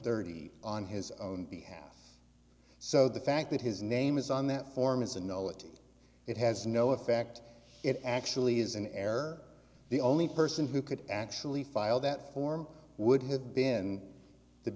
thirty on his own behalf so the fact that his name is on that form is and know that it has no effect it actually is an heir the only person who could actually file that form would have been the